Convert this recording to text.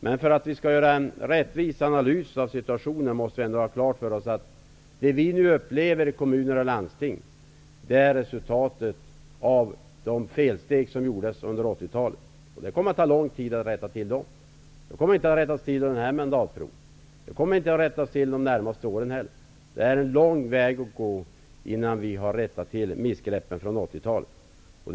Men för att kunna göra en rättvis analys av situationen måste vi ha klart för oss att det som vi nu upplever i kommuner och landsting är resultatet av de felsteg som gjordes under 80-talet. Dessa felsteg kommer att ta lång tid att rätta till. De kommer inte att kunna rättas till under den här mandatperioden -- inte under de närmaste åren heller. Det är en lång väg att gå innan missgreppen från 80-talet har rättats till.